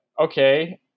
okay